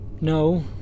No